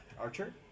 Archer